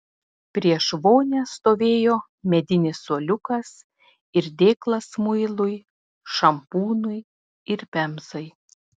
prieš vonią stovėjo medinis suoliukas ir dėklas muilui šampūnui ir pemzai